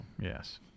Yes